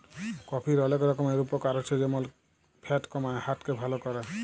কফির অলেক রকমের উপকার আছে যেমল ফ্যাট কমায়, হার্ট কে ভাল ক্যরে